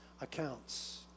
accounts